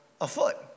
afoot